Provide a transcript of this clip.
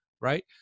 right